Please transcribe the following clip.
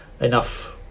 enough